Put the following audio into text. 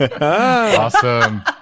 Awesome